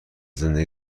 زندگی